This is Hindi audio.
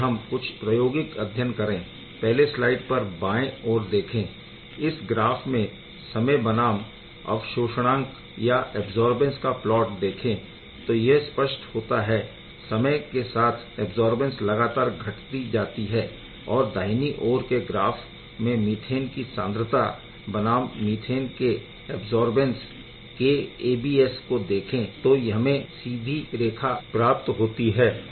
आइए हम कुछ प्रायोगिक अध्ययन करें पहले स्लाइड पर बाएं ओर देखें इस ग्राफ में समय बनाम अवशोषणांक ऐबज़ौरबैन्स का प्लॉट देखें तो यह स्पष्ट होता हैं समय के साथ ऐबज़ौरबेन्स लगातार घटती जाती है और दाहिनी ओर के ग्राफ में मीथेन की सांद्रता बनाम मीथेन के ऐबज़ौरबेन्स kabs को देखें तो हमें सीधी रेखा प्राप्त होती है